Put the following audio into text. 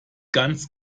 ganz